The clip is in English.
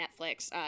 Netflix